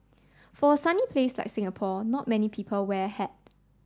for a sunny place like Singapore not many people wear a hat